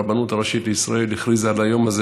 הרבנות הראשית לישראל הכריזה על היום הזה